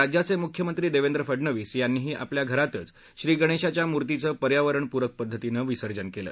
राज्याचे मुख्यमंत्री देवेंद्र फडणवीस यांनीही आपल्या घरातच श्री गणेशाच्या मुर्तीचं पर्यावरणपूरक पद्धतीनं विसर्जन केलं